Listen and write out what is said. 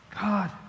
God